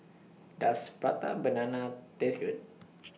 Does Prata Banana Taste Good